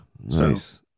nice